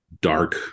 dark